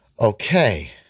Okay